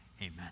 Amen